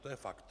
To je fakt.